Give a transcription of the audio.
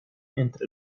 entre